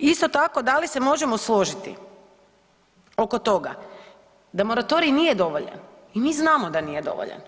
Isto tako, da li se možemo složiti oko toga da moratorij nije dovoljan i mi znamo da nije dovoljan,